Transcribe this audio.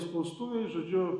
spaustuvėj žodžiu